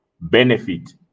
benefit